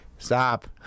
Stop